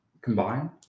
combine